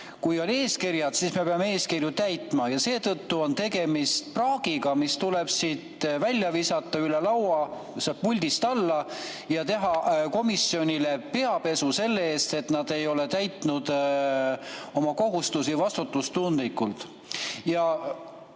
Kui on eeskirjad, siis me peame eeskirju täitma. Seetõttu on tegemist praagiga, mis tuleb siit välja visata, üle laua puldist alla [heita], ja teha komisjonile peapesu selle eest, et nad ei ole täitnud oma kohustusi vastutustundlikult.